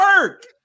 work